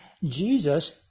Jesus